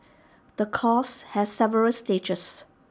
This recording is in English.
the course has several stages